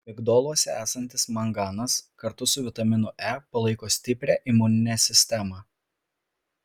migdoluose esantis manganas kartu su vitaminu e palaiko stiprią imuninę sistemą